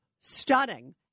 stunning